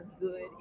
good